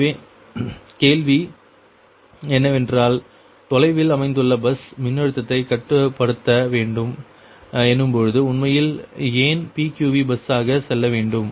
எனவே கேள்வி என்னவென்றால் தொலைவில் அமைந்துள்ள பஸ் மின்னழுத்தத்தை கட்டுப்படுத்த வேண்டும் எனும்போது உண்மையில் ஏன் PQV பஸ்ஸுக்காக செல்ல வேண்டும்